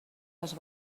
les